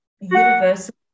universal